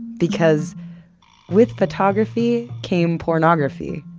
because with photography came pornography,